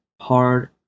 hard